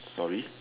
sorry